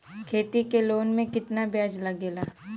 खेती के लोन में कितना ब्याज लगेला?